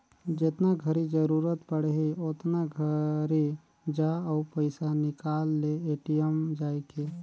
जेतना घरी जरूरत पड़ही ओतना घरी जा अउ पइसा निकाल ले ए.टी.एम जायके